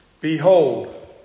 Behold